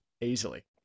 Easily